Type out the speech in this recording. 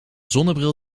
zonnebril